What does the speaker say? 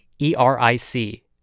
E-R-I-C